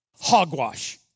Hogwash